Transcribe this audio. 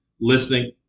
listening